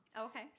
Okay